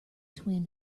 twin